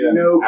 no